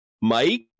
Mike